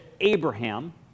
Abraham